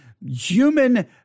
human